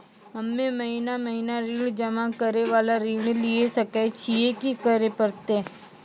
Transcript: हम्मे महीना महीना ऋण जमा करे वाला ऋण लिये सकय छियै, की करे परतै?